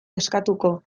eskatuko